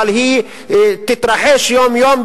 אבל היא תתרחש יום-יום,